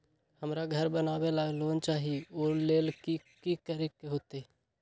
हमरा घर बनाबे ला लोन चाहि ओ लेल की की करे के होतई?